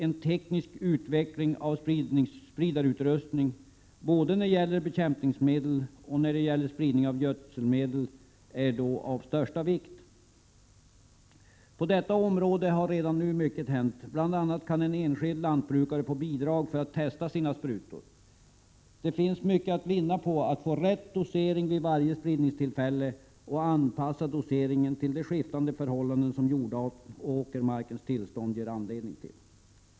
En teknisk utveckling av spridarutrustningen, både när det gäller bekämpningsmedel och när det gäller gödselmedel, är därvid av största vikt. På detta område har redan nu mycket hänt — bl.a. kan en enskild lantbrukare få bidrag för att testa sina sprutor. Det finns mycket att vinna på att få rätt dosering vid varje spridningstillfälle och att anpassa doseringen till de skiftande förhållanden som jordart och åkermarkens tillstånd ger anledning till.